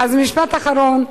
משפט אחרון.